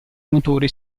motore